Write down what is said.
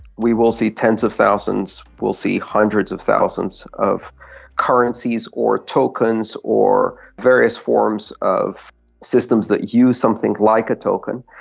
we will see tens of thousands, we will see hundreds of thousands of currencies or tokens or various forms of systems that use something like a token.